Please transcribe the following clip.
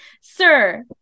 Sir